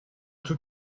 tout